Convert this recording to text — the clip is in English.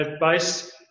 based